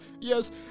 Yes